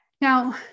Now